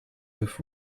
with